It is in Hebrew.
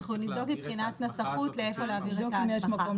אנחנו נבדוק מבחינת נסחות לאיפה להעביר את ההסמכה.